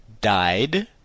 Died